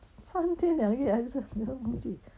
三天两夜还是等下忘记